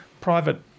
private